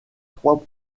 trois